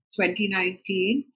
2019